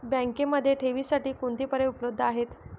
बँकेमध्ये ठेवींसाठी कोणते पर्याय उपलब्ध आहेत?